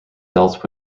dealt